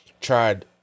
tried